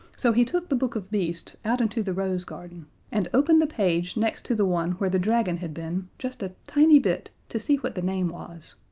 so he took the book of beasts out into the rose garden and opened the page next to the one where the dragon had been just a tiny bit to see what the name was.